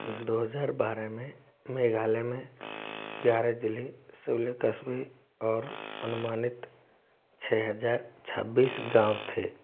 दो हज़ार बारह में मेघालय में ग्यारह ज़िले सोलह कस्बे और अनुमानित छः हज़ार छब्बीस गाँव थे